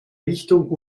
richtung